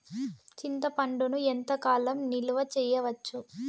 చింతపండును ఎంత కాలం నిలువ చేయవచ్చు?